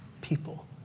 people